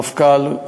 המפכ"ל,